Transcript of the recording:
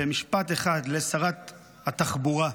במשפט אחד לשרת התחבורה,